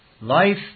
Life